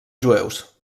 jueus